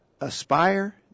aspire